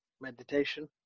Meditation